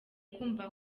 kumva